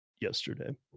yesterday